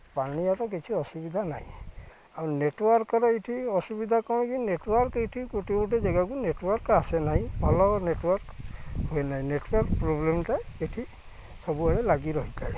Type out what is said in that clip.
ପାଣିୟର କିଛି ଅସୁବିଧା ନାହିଁ ଆଉ ନେଟ୍ୱାର୍କ୍ର ଏଇଠି ଅସୁବିଧା କ'ଣ କି ନେଟ୍ୱାର୍କ୍ ଏଇଠି ଗୋଟେ ଗୋଟେ ଜାଗାକୁ ନେଟ୍ୱାର୍କ୍ ଆସେ ନାହିଁ ଭଲ ନେଟ୍ୱାର୍କ୍ ହୁଏ ନାହିଁ ନେଟ୍ୱାର୍କ୍ ପ୍ରୋବ୍ଲେମ୍ଟା ଏଇଠି ସବୁବେଳେ ଲାଗିରହିଥାଏ